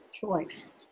choice